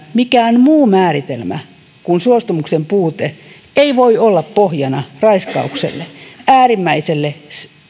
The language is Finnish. mikään muu määritelmä kuin suostumuksen puute ei voi olla pohjana raiskaukselle äärimmäiselle